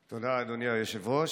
תודה, אדוני היושב-ראש.